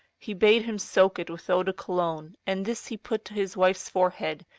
he bade him soak it with eau-de-cologne, and this he put to his wife's forehead,